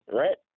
right